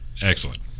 Excellent